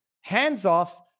hands-off